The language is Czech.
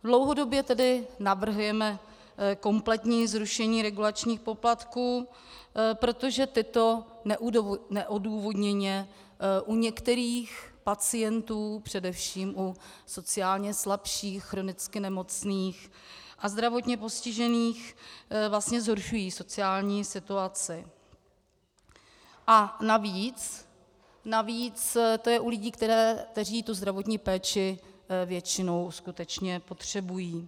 Dlouhodobě tedy navrhujeme kompletní zrušení regulačních poplatků, protože tyto neodůvodněně u některých pacientů, především u sociálně slabších, chronicky nemocných a zdravotně postižených, vlastně zhoršují sociální situaci, a navíc to je u lidí, kteří zdravotní péči většinou skutečně potřebují.